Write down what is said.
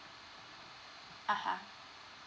(uh huh)